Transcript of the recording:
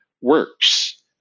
works